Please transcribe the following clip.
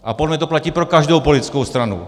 A podle mě to platí pro každou politickou stranu.